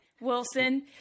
Wilson